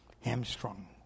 hamstrung